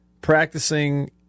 practicing